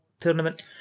tournament